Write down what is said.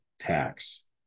tax